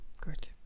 Good